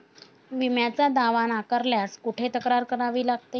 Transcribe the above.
विम्याचा दावा नाकारल्यास कुठे तक्रार करावी लागते?